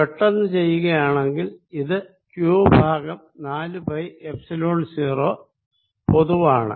പെട്ടെന്ന് ചെയ്യുകയാണെങ്കിൽ ഇത് ക്യൂ ഭാഗം നാലു പൈ എപ്സിലോൺ 0 പൊതുവാണ്